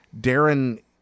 Darren